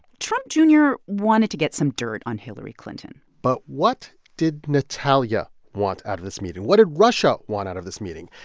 trump jr. and wanted to get some dirt on hillary clinton but what did natalia want out of this meeting? what did russia want out of this meeting?